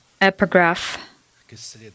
epigraph